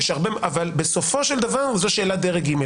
אבל בסופו של דבר זו שאלת דרג ג',